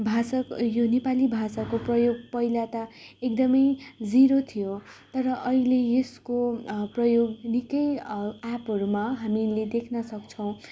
भाषाको ए यो नेपाली भाषाको प्रयोग पहिला ता एकदमै जिरो थियो तर अहिले यसको प्रयोग निकै एपहरूमा हामीले देख्नसक्छौँ